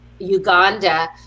Uganda